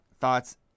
thoughts